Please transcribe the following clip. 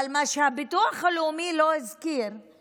אבל מה שהביטוח הלאומי לא הזכיר זה